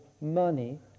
money